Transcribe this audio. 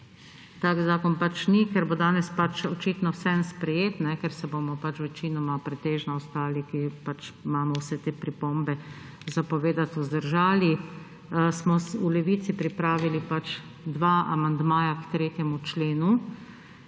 Ta zakon pač ni, ker bo danes očitno vseeno sprejet, ker se bomo večinoma, pretežno ostali, ki imamo vse te pripombe za povedati, vzdržali; smo v Levici pripravili dva amandmaja k 3. členu,